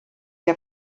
der